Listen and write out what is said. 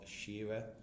Shearer